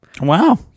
Wow